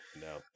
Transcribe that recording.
no